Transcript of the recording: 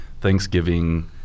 Thanksgiving